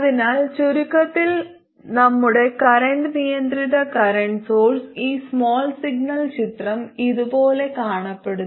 അതിനാൽ ചുരുക്കത്തിൽ നമ്മുടെ കറന്റ് നിയന്ത്രിത കറന്റ് സോഴ്സ് ഈ സ്മാൾ സിഗ്നൽ ചിത്രം ഇതുപോലെ കാണപ്പെടുന്നു